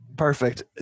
Perfect